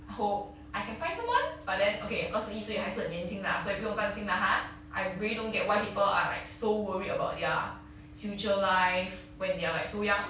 I hope I can find someone but then okay 二十一岁还是很年轻 lah 所以不用担心 lah !huh! I really don't get why people are like so worried about their future life when they are like so young